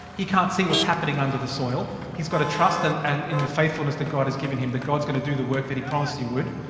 he can't see what's happening under the soil. he's gotta trust and and in the faithfulness that god has given him, that god's gonna do the work that he promised he would.